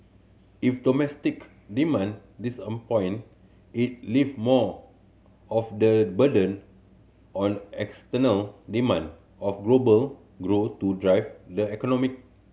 if domestic demand disappoint it leave more of the burden on external demand of global grow to drive the economic